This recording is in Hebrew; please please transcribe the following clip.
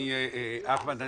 אחמד,